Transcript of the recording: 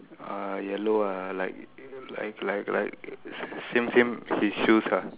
uh yellow ah like like like like same same his shoes ah